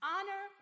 Honor